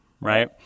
right